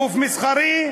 גוף מסחרי,